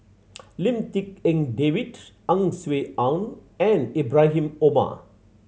Lim Tik En David Ang Swee Aun and Ibrahim Omar